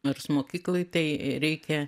nors mokykloj tai reikia